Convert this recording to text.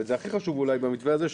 וזה הכי חשוב במתווה הזה,